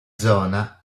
zona